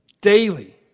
daily